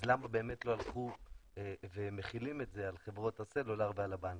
למה באמת לא מחילים את זה על חברות הסלולר ועל הבנקים?